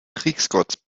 kriegsgott